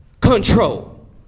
control